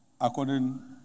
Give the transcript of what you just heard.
according